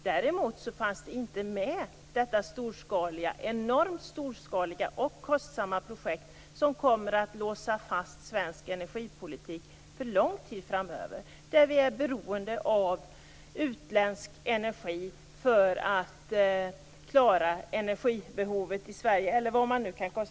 Däremot fanns detta enormt storskaliga och kostsamma projekt, som kommer att låsa fast svensk energipolitik för lång tid framöver, inte med. Det kommer att göra oss beroende av utländsk energi för att klara energibehovet i Sverige.